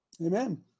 Amen